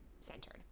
centered